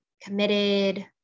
committed